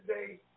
today